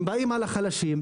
הם באים על החלשים,